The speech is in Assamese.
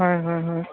হয় হয় হয়